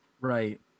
Right